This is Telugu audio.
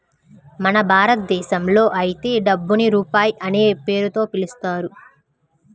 మన భారతదేశంలో అయితే డబ్బుని రూపాయి అనే పేరుతో పిలుస్తారు